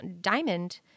diamond